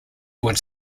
would